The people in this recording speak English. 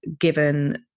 given